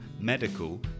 medical